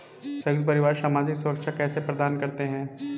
संयुक्त परिवार सामाजिक सुरक्षा कैसे प्रदान करते हैं?